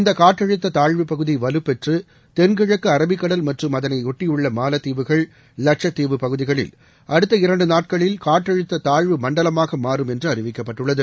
இந்த காற்றழுத்த தாழ்வுப் பகுதி வலுப்பெற்று தெள் கிழக்கு அரபிக்கடல் மற்றும் அதனையொட்டியுள்ள மாலத்தீவுகள் லட்சத்தீவு பகுதிகளில் அடுத்த இரண்டு நாட்களில் காற்றழுத்த தாழ்வு மண்டலமாக மாறும் என்று அறிவிக்கப்பட்டுள்ளது